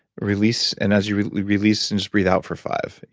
release, and as you release and just breath out for five.